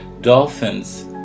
Dolphins